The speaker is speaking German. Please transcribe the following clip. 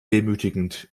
demütigend